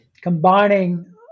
combining